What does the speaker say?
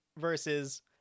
versus